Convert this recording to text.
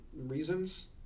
reasons